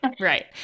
Right